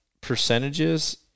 percentages